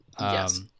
Yes